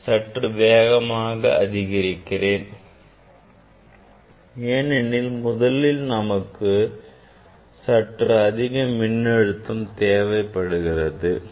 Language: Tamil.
மதிப்பை சற்று வேகமாக மாற்றுகிறேன் ஏனெனில் முதலில் நமக்கு சற்று அதிக மின்னழுத்த வேறுபாடு தேவைப்படுகிறது